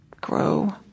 grow